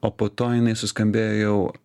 o po to jinai suskambėjo jau